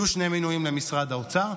יהיו שני מינויים למשרד האוצר,